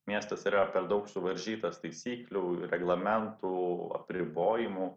miestas yra per daug suvaržytas taisyklių reglamentų apribojimų